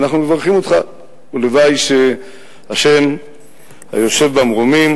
ואנחנו מברכים אותך ולוואי שהשם היושב במרומים